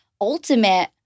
ultimate